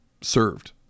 served